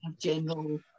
general